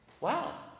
Wow